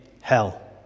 hell